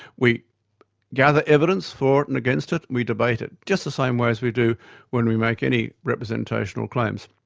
we gather evidence for it and against it, we debate it, just the same way as we do when we make any representational claims.